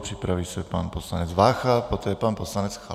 Připraví se pan poslanec Vácha, poté pan poslanec Chalupa.